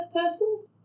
person